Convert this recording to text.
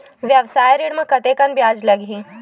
व्यवसाय ऋण म कतेकन ब्याज लगही?